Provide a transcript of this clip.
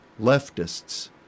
leftists